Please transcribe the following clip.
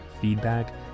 feedback